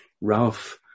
Ralph